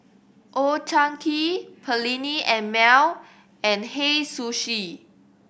Old Chang Kee Perllini and Mel and Hei Sushi